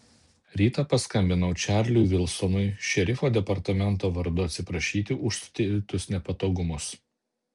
rytą paskambinau čarliui vilsonui šerifo departamento vardu atsiprašyti už suteiktus nepatogumus